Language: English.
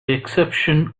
exception